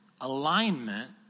alignment